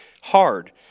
hard